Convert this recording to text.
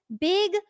big